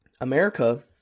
America